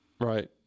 Right